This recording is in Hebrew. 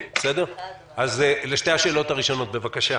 אז לשתי השאלות הראשונות, בבקשה.